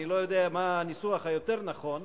אני לא יודע מה הניסוח היותר נכון,